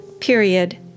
period